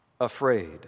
afraid